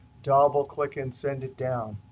double click and send it down.